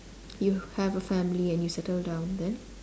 you have a family and you settle down then